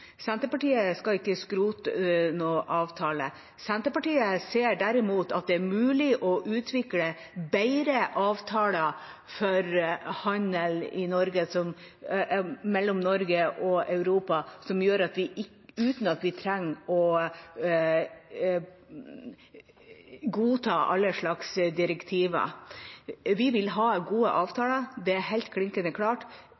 Senterpartiet skal ikke skrote noen avtale. Senterpartiet ser derimot at det er mulig å utvikle bedre avtaler for handel mellom Norge og Europa, uten at vi trenger å godta alle slags direktiver. Vi vil ha gode